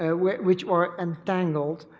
ah which which were entangled.